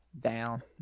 Down